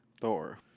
Thor